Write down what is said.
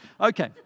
Okay